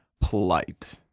polite